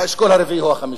באשכול הרביעי או החמישי.